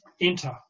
enter